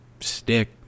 stick